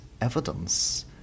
evidence